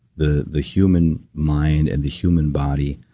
the the human mind and the human body